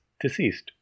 deceased